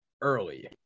early